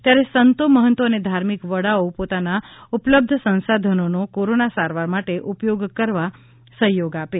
ત્યારે સંતો મહંતો અને ધાર્મિક વડાઓ પોતાના ઉપલબ્ધ સંસાધનોનો કોરોના સારવાર માટે ઉપયોગ કરવા સહયોગ આપે